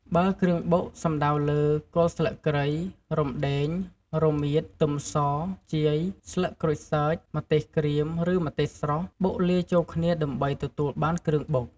បើគ្រឿងបុកសំដៅលើ គល់ស្លឹកគ្រៃ រំដេង រមៀត ខ្ទឹមស ខ្ជាយ ស្លឹកក្រូចសើច ម្ទេសក្រៀម ឬម្ទេសស្រស់ បុកលាយចូលគ្នាដើម្បីទទួលបានគ្រឿងបុក។